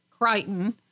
Crichton